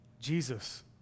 Jesus